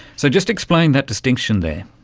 so just explain that distinction there.